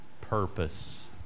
purpose